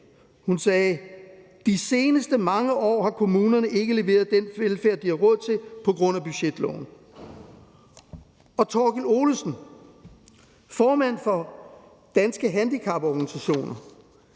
velfærd«: »De seneste mange år har kommunerne ikke leveret den velfærd de har råd til pga. budgetloven«. Og Torkild Olesen, formand for Danske Handicaporganisationer,